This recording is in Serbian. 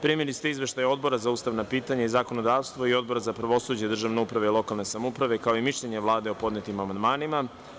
Primili ste izvešaj Odbora za ustavna pitanja i zakonodavstvo i Odbora za pravosuđe, državnu upravu i lokalnu samoupravu, kao i mišljenje Vlade o podnetim amandmanima.